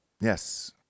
Yes